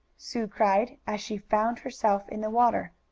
sue cried, as she found herself in the water.